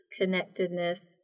connectedness